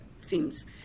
seems